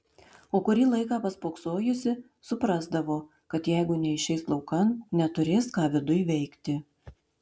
o kurį laiką paspoksojusi suprasdavo kad jeigu neišeis laukan neturės ką viduj veikti